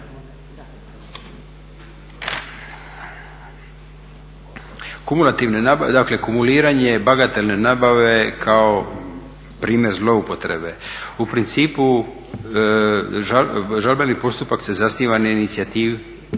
kumuliranje bagatelne nabave kao primjer zloupotrebe u principu žalbeni postupak se zasniva na inicijativi